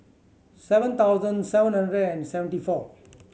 seven thousand seven hundred and seventy four